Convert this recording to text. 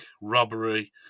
robbery